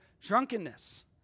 drunkenness